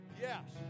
yes